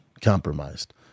Compromised